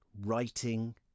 writing